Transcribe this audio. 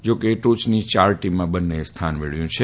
જાકે ટોચની ચાર ટીમમાં બંનેએ સ્થાન મેળવ્યું છે